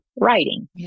writing